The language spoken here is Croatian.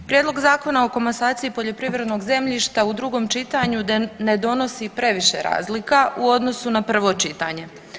Prijedlog zakona o komasaciji poljoprivrednog zemljišta u drugom čitanju ne donosi previše razlika u odnosu na prvo čitanje.